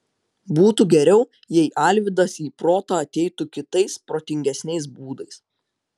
būtų geriau jei alvydas į protą ateitų kitais protingesniais būdais